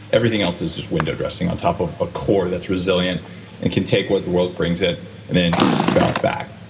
everything else is just window dressing on top of a core that's resilient and can take what the world brings it and then bounce back.